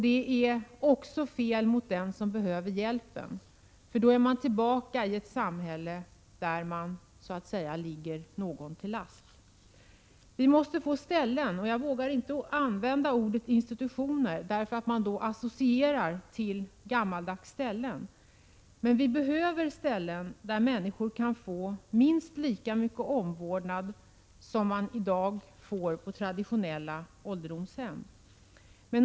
Det är också fel mot den som behöver hjälpen, för då är vi tillbaka i ett samhälle där man så att säga ligger någon till last. Vi måste få ställen — jag vågar inte använda ordet institutioner, därför att man då associerar till gammaldags inrättningar — där människor kan få minst lika mycket omvårdnad som man i dag får på traditionella ålderdomshem.